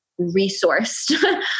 resourced